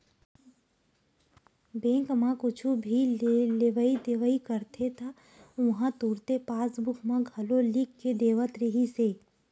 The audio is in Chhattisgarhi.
बेंक म कुछु भी लेवइ देवइ करते त उहां तुरते पासबूक म घलो लिख के देवत रिहिस हे